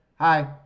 hi